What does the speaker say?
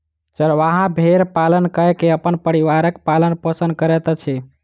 चरवाहा भेड़ पालन कय के अपन परिवारक पालन पोषण करैत अछि